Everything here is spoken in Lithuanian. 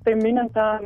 tai minint tą